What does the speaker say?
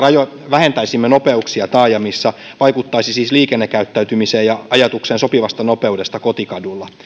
vähentäisimme nopeuksia taajamissa vaikuttaisi siis liikennekäyttäytymiseen ja ajatukseen sopivasta nopeudesta kotikadulla